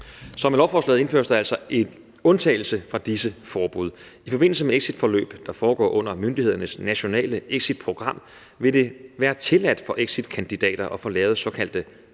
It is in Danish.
Så med lovforslaget indføres der altså en undtagelse fra disse forbud. I forbindelse med exitforløb, der foregår under myndighedernes nationale exitprogram, vil det være tilladt for exitkandidater at få lavet såkaldte